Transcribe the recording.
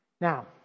Now